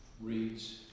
reads